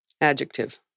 Adjective